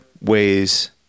ways